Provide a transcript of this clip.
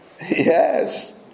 Yes